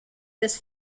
this